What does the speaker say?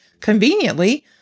conveniently